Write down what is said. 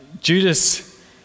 Judas